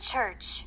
church